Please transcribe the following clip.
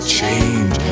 change